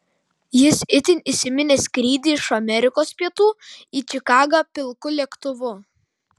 jis itin įsiminė skrydį iš amerikos pietų į čikagą pilku lėktuvu